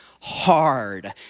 hard